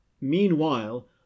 Meanwhile